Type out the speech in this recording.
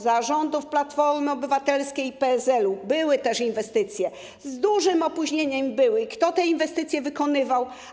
Za rządów Platformy Obywatelskiej i PSL-u były też inwestycje, z dużym opóźnieniem były, i kto je wykonywał?